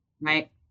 right